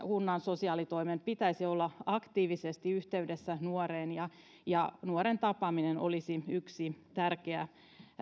kunnan sosiaalitoimen pitäisi olla aktiivisesti yhteydessä nuoreen nuoren tapaaminen olisi yksi tärkeä